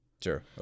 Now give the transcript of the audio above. Sure